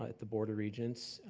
the board of regents,